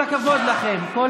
כל הכבוד לכם.